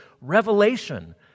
revelation